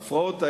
ההפרעות האלו,